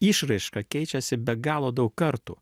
išraiška keičiasi be galo daug kartų